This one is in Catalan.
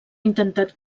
intentat